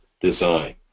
design